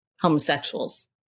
homosexuals